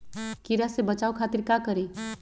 कीरा से बचाओ खातिर का करी?